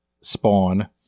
Spawn